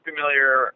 Familiar